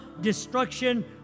destruction